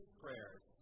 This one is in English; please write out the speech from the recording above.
prayers